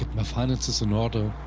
my finances in order,